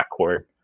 backcourt